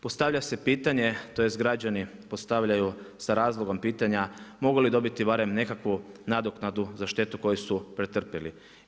Postavlja se pitanje, tj. građani postavljaju sa razlogom pitanja, mogu li dobiti barem nekakvu nadoknadu za štetu koju su pretrpjeli?